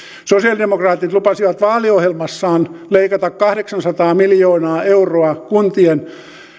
sosialidemokraatit lupasivat vaaliohjelmassaan leikata kahdeksansataa miljoonaa euroa kuntien